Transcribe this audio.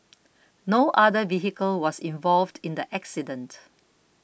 no other vehicle was involved in the accident